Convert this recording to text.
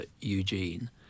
Eugene